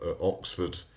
Oxford